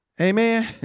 Amen